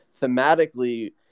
thematically